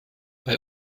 bei